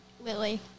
Lily